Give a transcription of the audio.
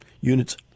units